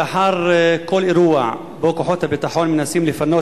לאחר כל אירוע שבו כוחות הביטחון מנסים לפנות